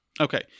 okay